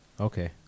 Okay